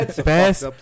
best